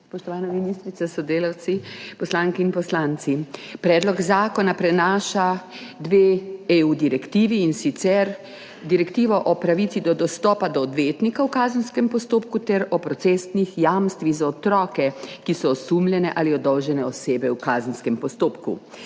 Spoštovana ministrica s sodelavci, poslanke in poslanci! Predlog zakona prinaša dve EU direktivi, in sicer direktivo o pravici do dostopa do odvetnika v kazenskem postopku ter o procesnih jamstvih za otroke, ki so osumljene ali obdolžene osebe v kazenskem postopku.